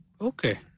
okay